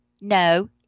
no